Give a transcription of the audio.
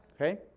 Okay